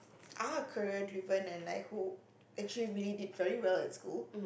are career driven and like who actually really did very well at school